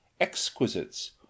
exquisites